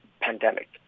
pandemic